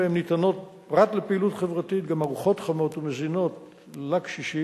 שבהם ניתנות פרט לפעילות חברתית גם ארוחות חמות ומזינות לקשישים,